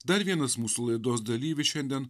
dar vienas mūsų laidos dalyvis šiandien